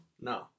No